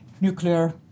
nuclear